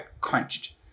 crunched